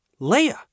Leia